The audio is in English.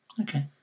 okay